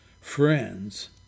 friends